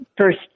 First